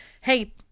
hey